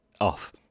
Off